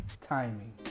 timing